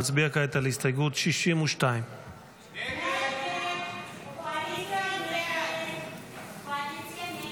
נצביע כעת על הסתייגות 62. הסתייגות 62 לא נתקבלה.